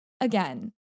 again